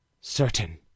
Certain